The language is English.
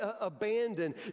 abandoned